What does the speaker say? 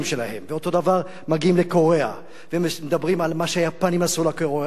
ואותו הדבר מגיעים לקוריאה ומדברים על מה שהיפנים עשו לקוריאנים,